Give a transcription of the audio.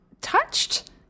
touched